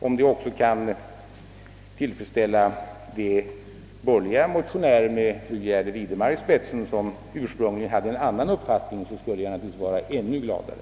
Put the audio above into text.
Om den också kunde tillfredsställa de borgerliga motionärerna med fru Gärde Widemar i spetsen, vilka ursprungligen hade en annan uppfattning i sak, skulle jag naturligtvis vara ännu gladare.